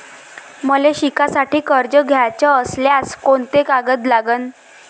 मले शिकासाठी कर्ज घ्याचं असल्यास कोंते कागद लागन?